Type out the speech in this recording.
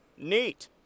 Neat